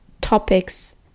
topics